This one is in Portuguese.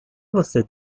você